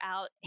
out